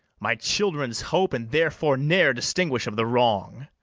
my children's hope and therefore ne'er distinguish of the wrong.